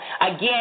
Again